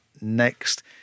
next